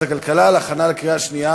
ובכן, עשרה חברי כנסת בעד,